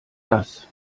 das